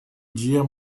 dia